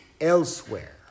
elsewhere